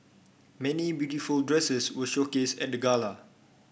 many beautiful dresses were showcased at the gala